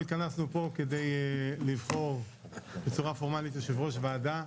אנחנו התכנסנו פה כדי לבחור בצורה פורמלית יושב-ראש ועדה.